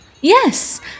Yes